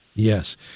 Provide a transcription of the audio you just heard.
Yes